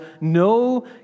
no